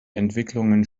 entwicklungen